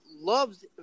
Loves